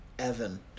Evan